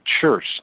Church